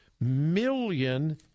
million